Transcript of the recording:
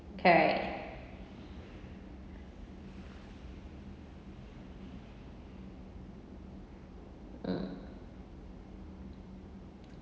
correct mm